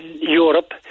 Europe